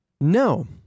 No